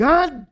God